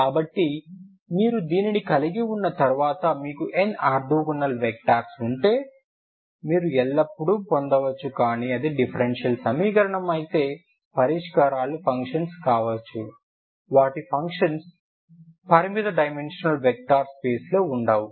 కాబట్టి మీరు దీనిని కలిగి ఉన్న తర్వాత మీకు n ఆర్తోగోనల్ వెక్టర్స్ ఉంటే మీరు ఎల్లప్పుడూ పొందవచ్చు కానీ అది డిఫరెన్షియల్ సమీకరణం అయితే పరిష్కారాలు ఫంక్షన్స్ కావచ్చు వాటి ఫంక్షన్స్ పరిమిత డైమెన్షనల్ వెక్టర్ స్పేస్ లో ఉండవు